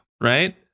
Right